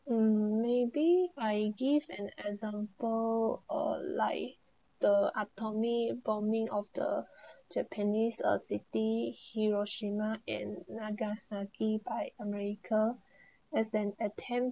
um maybe I give an example uh like the atomic bombing of the japanese uh city hiroshima and nagasaki by america as an attempt